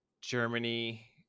Germany